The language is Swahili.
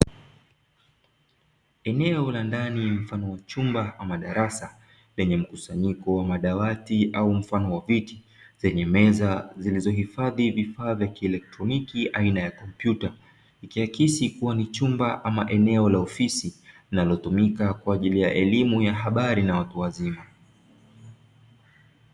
Eneo la ndani mfano wa chumba ama darasa lenye mkusanyiko wa madawati au mfano wa viti, lenye meza zilizohifadhi vifaa ya kielektroniki aina ya kompyuta ikiakisi kuwa ni chumba ama eneo la ofisi linalotumika kwaajili ya elimu ya habari na watu wazima.